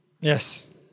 Yes